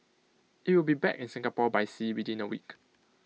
IT will be back in Singapore by sea within A week